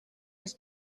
was